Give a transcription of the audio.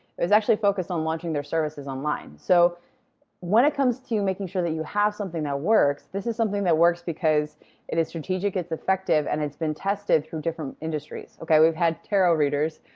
it was actually focused on launching their services online. so when it comes to making sure that you have something that works, this is something that works because it is strategic, it's effective, and it's been tested for different industries. we've had tarot readers.